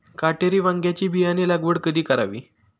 काटेरी वांग्याची बियाणे लागवड कधी करावी?